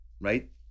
right